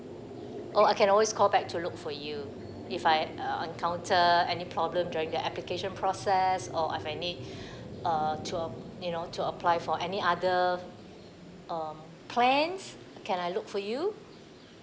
or I can always call back to look for you if I uh encounter any problem during the application process or I've any uh to um you know to apply for any other um plans can I look for you